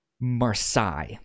Marseille